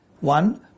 one